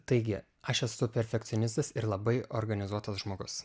taigi aš esu perfekcionistas ir labai organizuotas žmogus